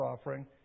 offering